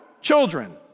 children